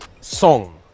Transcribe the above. song